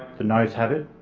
the ayes have it.